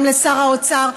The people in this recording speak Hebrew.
גם לשר האוצר,